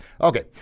Okay